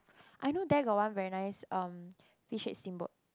I know there got one very nice um fish head steamboat